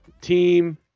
team